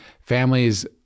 Families